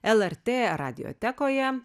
lrt radiotekoje